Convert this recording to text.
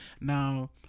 Now